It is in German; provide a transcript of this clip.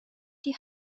die